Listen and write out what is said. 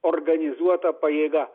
organizuota pajėga